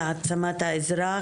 להעצמת האזרח.